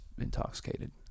intoxicated